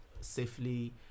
safely